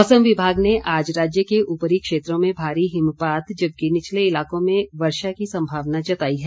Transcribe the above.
मौसम विभाग ने आज राज्य के ऊपरी क्षेत्रों में भारी हिमपात जबकि निचले इलाकों में वर्षा की संभावना जताई है